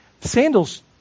Sandals